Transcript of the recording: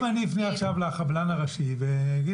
--- אם אני אפנה עכשיו לחבלן הראשי ואני אשאל